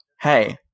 Hey